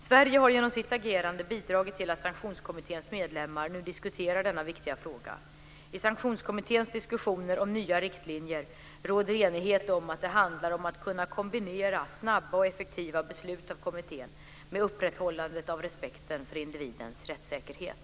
Sverige har genom sitt agerande bidragit till att sanktionskommitténs medlemmar nu diskuterar denna viktiga fråga. I sanktionskommitténs diskussioner om nya riktlinjer råder enighet om att det handlar om att kunna kombinera snabba och effektiva beslut av kommittén med upprätthållandet av respekten för individens rättssäkerhet.